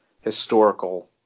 historical